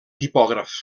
tipògraf